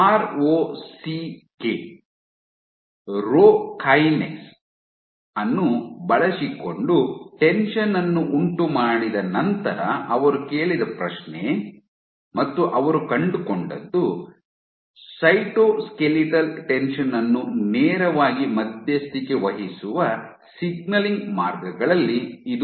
ROCK rho kinase ಅನ್ನು ಬಳಸಿಕೊಂಡು tension ಯನ್ನು ಉಂಟುಮಾಡಿದ ನಂತರ ಅವರು ಕೇಳಿದ ಪ್ರಶ್ನೆ ಮತ್ತು ಅವರು ಕಂಡುಕೊಂಡದ್ದು ಸೈಟೋಸ್ಕೆಲಿಟಲ್ ಟೆನ್ಷನ್ ಅನ್ನು ನೇರವಾಗಿ ಮಧ್ಯಸ್ಥಿಕೆ ವಹಿಸುವ ಸಿಗ್ನಲಿಂಗ್ ಮಾರ್ಗಗಳಲ್ಲಿ ಇದು ಒಂದು